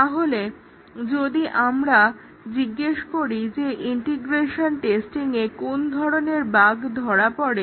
তাহলে যদি আমরা জিজ্ঞেস করি যে ইন্টিগ্রেশন টেস্টিংয়ে কোন ধরনের বাগ্ ধরা পড়ে